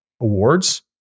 awards